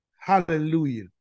Hallelujah